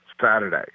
Saturday